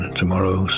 tomorrow